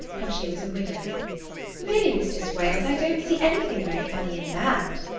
and she was a widow really, mr. swales, i don't see anything very funny in that!